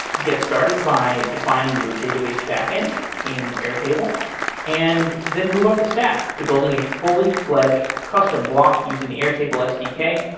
get started by defining your database backend in airtable and then move up the stack to building a fully-fledged custom block using the airtable sdk.